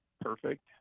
perfect